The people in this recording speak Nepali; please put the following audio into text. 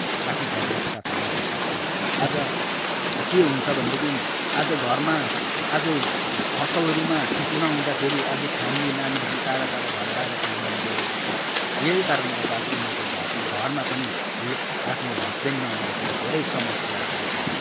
आफ्नो फ्यामिलीको साथमा रहनसक्छौँ आज के हुन्छ भनेदेखि आज घरमा आज फसलहरूमा ठिक नहुँदाखेरि आज फ्यामिली नानीदेखि टाढाटाढा भएर बाहिर काम गर्न गइरहेको छ यही कारणले गर्दा आज उनीहरूको घर घरमा पनि लो आफ्नो हस्बेन्ड नहुँदाखेरि धेरै समस्याहरू हुन्छ